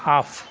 off